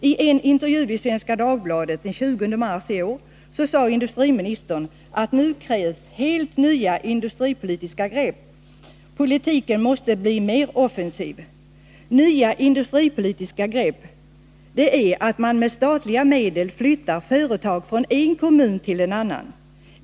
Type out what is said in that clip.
I en intervju i Svenska Dagbladet den 20 mars i år sade industriministern att nu krävs helt nya industripolitiska grepp — politiken måste bli mer offensiv. Nya industripolitiska grepp är tydligen att man med statliga medel flyttar företag från en kommun till en annan.